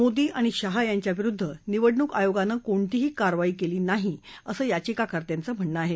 मोदी आणि शाह यांच्याविरुद्ध निवडणूक आयोगानं कोणतीही कारवाई केली नाही असं याचिकाकर्त्यांचं म्हणणं आहे